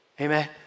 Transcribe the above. Amen